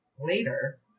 later